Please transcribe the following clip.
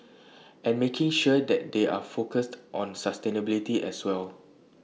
and making sure that they are focused on sustainability as well